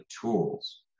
tools